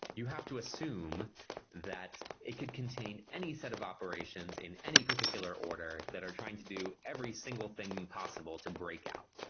you have to assume that it could contain any set of operations in any particular order that are trying to do every single thing possible to breakout,